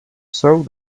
soak